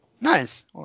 Nice